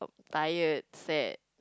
tired sad